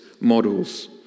models